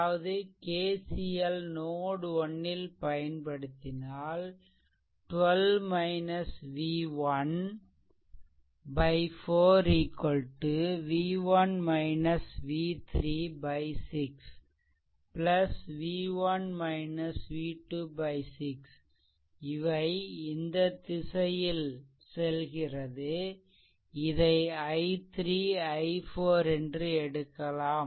அதாவது KCL node 1 ல் பயன்படுத்தினால் 12 v1 4 v1 v3 6 v1 v2 6 இவை இந்த திசையில் செல்கிறது இதை i3 i4 என்று எடுக்கலாம்